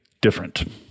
different